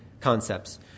concepts